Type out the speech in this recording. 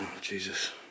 Jesus